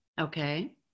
Okay